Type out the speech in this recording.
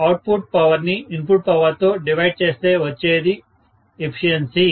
output power ని input power తో divide చేస్తే వచ్చేదే ఎఫిషియెన్సీ